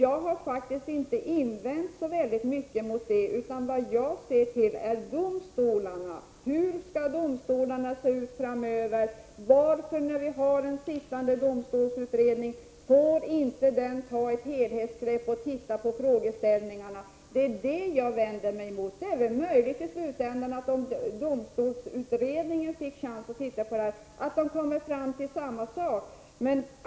Jag har inte haft så mycket att invända mot lagutskottets yttrande. Däremot har jag sett till domstolarna. Hur skall domstolarna se ut framöver? Vi har en sittande domstolsutredning. Varför får inte den ta ett helhetsgrepp och se över frågeställningarna? Det är vad jag vänder mig emot. Om domstolsutredningen fick en chans att titta på det här är det möjligt att man i slutändan kommer fram till samma resultat.